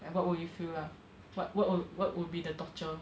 like what would you feel lah what what what what would be the torture